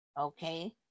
okay